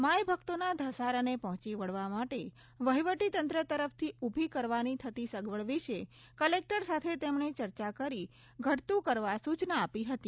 માઇભક્તોના ઘસારાને પહોંચી વળવા માટે વહીવટીતંત્ર તરફથી ઊભી કરવાની થતી સગવડ વિશે ક્લેક્ટર સાથે તેમણે ચર્ચા કરી ઘટત્ કરવા સૂચના આપી હતી